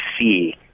see